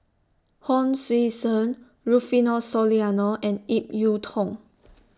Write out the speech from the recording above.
Hon Sui Sen Rufino Soliano and Ip Yiu Tung